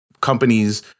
companies